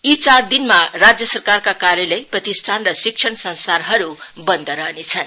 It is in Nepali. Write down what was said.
यी चार दिनमा राज्य सरकारका कार्यालय पतिष्ठान र शिक्षण सस्थानहरु बन्द रहनेछन्